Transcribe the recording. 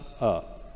up